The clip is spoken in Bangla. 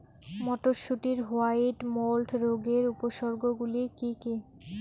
মটরশুটির হোয়াইট মোল্ড রোগের উপসর্গগুলি কী কী?